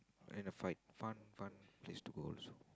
and a fight fun fun place to go also lah